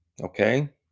okay